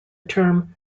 term